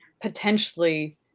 potentially